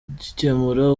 kugikemura